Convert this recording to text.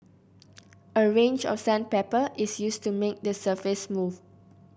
a range of sandpaper is used to make the surface smooth